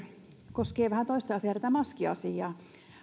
koskee vähän toista asiaa tätä maskiasiaa